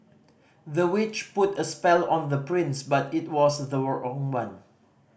the witch put a spell on the prince but it was the wrong own one